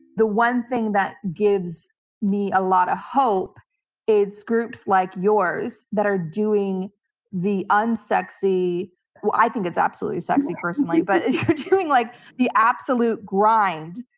the one thing that gives me a lot of hope is groups like yours that are doing the unsexy well, i think it's absolutely sexy, personally but doing like the absolute grind,